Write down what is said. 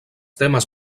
temes